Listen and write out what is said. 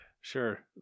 Sure